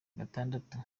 gatandatu